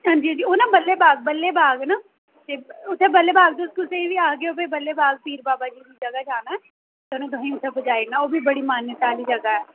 हां जी हां जी ओह् बी बड़ी सोह्नी ऐ जगह् में तुसें गी बिल्कुल स्हेई ते नेईं दस्सी सकदी पर दस पंदरां मिनट ते लग्गी जाने न